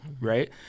right